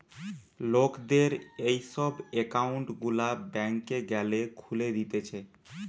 লোকদের এই সব একউন্ট গুলা ব্যাংকে গ্যালে খুলে দিতেছে